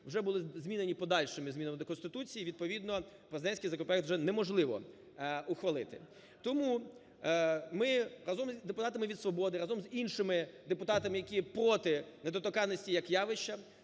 вже були змінені подальшими змінами до Конституції, відповідно президентський законопроект вже неможливо ухвалити. Тому ми разом із депутатами від "Свободи", разом з іншими депутатами, які проти недоторканності як явища,